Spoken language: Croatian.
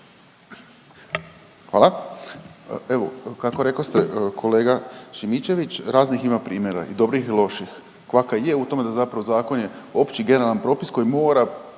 Hvala. Evo kako rekoste kolega Šimičević raznih ima primjera i dobrih i loših, kvaka je u tome da zapravo zakon je opći generalni propis koji mora